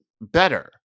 better